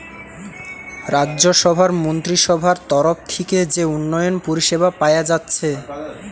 রাজ্যসভার মন্ত্রীসভার তরফ থিকে যে উন্নয়ন পরিষেবা পায়া যাচ্ছে